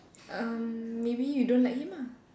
um maybe you don't like him ah